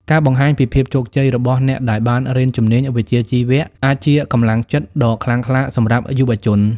ការបង្ហាញពីភាពជោគជ័យរបស់អ្នកដែលបានរៀនជំនាញវិជ្ជាជីវៈ អាចជាកម្លាំងចិត្តដ៏ខ្លាំងក្លាសម្រាប់យុវជន។